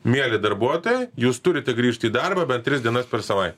mieli darbuotojai jūs turite grįžt į darbą bent tris dienas per savai